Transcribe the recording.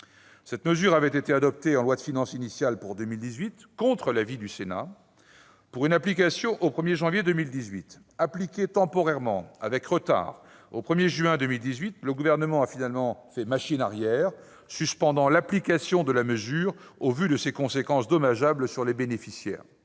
Cette mesure avait été adoptée en loi de finances initiale pour 2018, contre l'avis du Sénat, pour une application au 1 janvier 2018. Elle fut appliquée temporairement, et avec retard, au 1 juin 2018, mais le Gouvernement a finalement « fait machine arrière », suspendant l'application de la mesure au vu de ses conséquences dommageables sur les bénéficiaires,